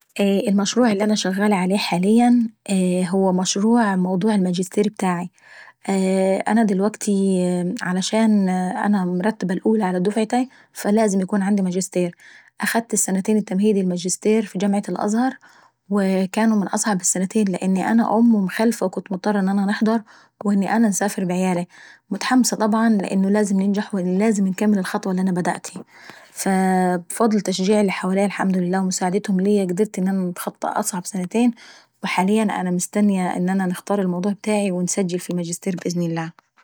ايه المشروع اللي انا شغالة عليه حاليا هو مشروع موضوع الرسالي. انا دلوكتي علشان انا مرتبة الأولى على دفعتاي فلازم يكون معاية ماجستير. اخدت السنتين اتمهيدي الماجستير في جامعة الازهر، وكانوا من أصعب السنتين لأني أم ومخلفة وكان لازم نحضر واني انا نسافر بعيالاي. متحمسة طبعا لانه لازم ننجح ولازم انكمل الخطوة اللي انا بدأتهي، فبفضل اللي تشجيع اللي حواليا الحمد لله ومساعتدتهم ليا قدرت ان انا نتخطى اصعب سنتين وحاليا انا مستنية ان انا نختار الموضوع بتاعي ونسجل في الماجستير ابتاعي.